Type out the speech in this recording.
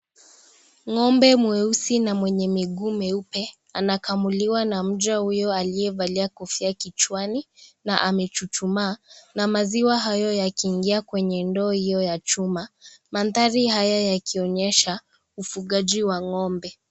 Ng'ombe mweusi na mwenye miguu meupe anakamuliwa na mja huyo aliyevalia kofia kichwani na amechuchumaa na maziwa hayo yakiingia kwenye ndoo hiyo ya chuma mandari haya yakionyesha ufugaji wa ng'ombe.